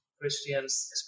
christians